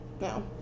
No